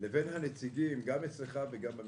לבין הנציגים, גם אצלך וגם במשרדים.